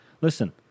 Listen